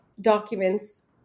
documents